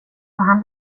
han